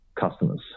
customers